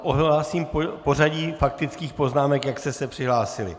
Ohlásím pořadí faktických poznámek, jak jste se přihlásili.